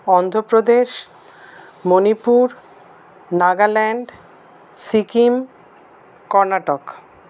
Andhra Pradesh Manipur Nagaland Sikkim Karnataka